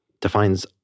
defines